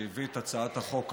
שהביא את הצעת החוק הזאת,